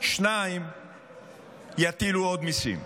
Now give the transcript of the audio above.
2. יטילו עוד מיסים.